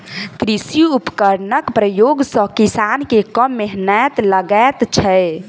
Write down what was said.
कृषि उपकरणक प्रयोग सॅ किसान के कम मेहनैत लगैत छै